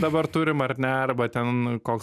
dabar turim ar ne arba ten koks